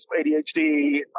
ADHD